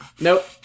Nope